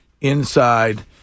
inside